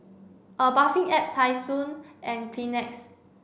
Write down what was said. a Bathing Ape Tai Sun and Kleenex